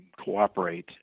cooperate